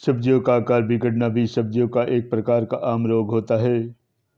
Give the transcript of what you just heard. सब्जियों का आकार बिगड़ना भी सब्जियों का एक प्रकार का आम रोग होता है